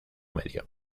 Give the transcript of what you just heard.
medio